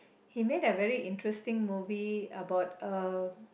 he made a very interesting movie about uh